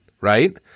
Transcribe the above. Right